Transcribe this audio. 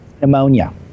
pneumonia